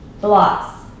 blocks